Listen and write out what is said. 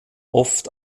oft